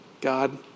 God